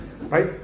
Right